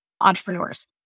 entrepreneurs